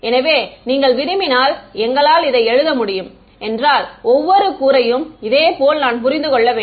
எனவே நீங்கள் விரும்பினால் எங்களால் இதை எழுத முடியும் என்றால் ஒவ்வொரு கூறையும் இதேபோல் நான் புரிந்து கொள்ள வேண்டும்